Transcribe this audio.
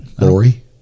Lori